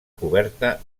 coberta